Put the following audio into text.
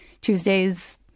Tuesdays